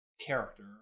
character